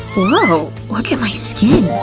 whoa! look at my skin!